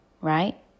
Right